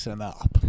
up